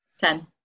Ten